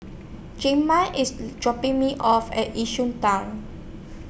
Jamaal IS dropping Me off At Yishun Town